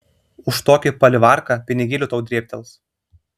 už tokį palivarką pinigėlių tau drėbtels